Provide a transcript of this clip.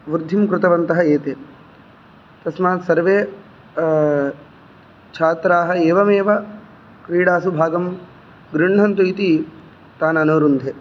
वृद्धिं कृतवन्तः एते तस्मात् सर्वे छात्राः एवमेव क्रीडासु भागं गृह्णन्तु इति ताननुरुन्धे